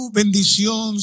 bendición